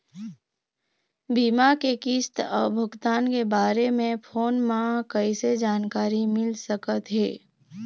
बीमा के किस्त अऊ भुगतान के बारे मे फोन म कइसे जानकारी मिल सकत हे?